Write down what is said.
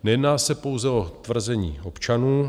Nejedná se pouze o tvrzení občanů.